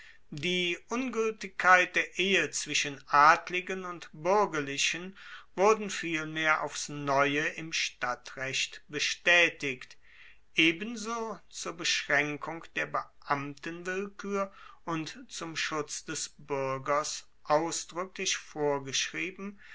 die ungueltigkeit der ehe zwischen adligen und buergerlichen wurden vielmehr aufs neue im stadtrecht bestaetigt ebenso zur beschraenkung der beamtenwillkuer und zum schutz des buergers ausdruecklich vorgeschrieben